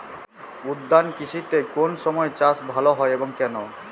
উদ্যান কৃষিতে কোন সময় চাষ ভালো হয় এবং কেনো?